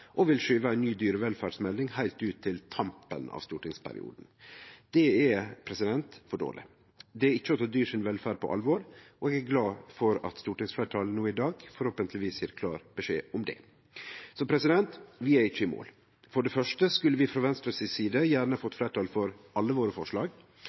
og vil skyve ei ny dyrevelferdsmelding heilt ut til tampen av stortingsperioden. Det er for dårleg. Det er ikkje å ta velferda til dyr på alvor, og eg er glad for at stortingsfleirtalet no i dag forhåpentlegvis gjev klar beskjed om det. Vi er ikkje i mål. For det første: Vi skulle frå Venstres side gjerne